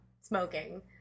smoking